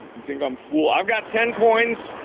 you think i'm fool i've got ten coins,